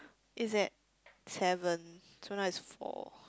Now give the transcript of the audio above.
is at seven so now is four